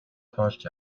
туулж